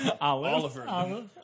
Oliver